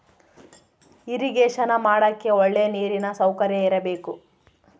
irrigation ಮಾಡಕ್ಕೆ ಒಳ್ಳೆ ನೀರಿನ ಸೌಕರ್ಯ ಇರಬೇಕು